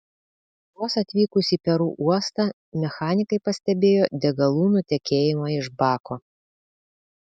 vos atvykus į peru uostą mechanikai pastebėjo degalų nutekėjimą iš bako